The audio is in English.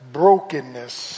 brokenness